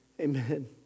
Amen